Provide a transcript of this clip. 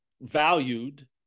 valued